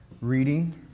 reading